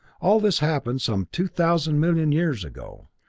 all this happened some two thousand million years ago.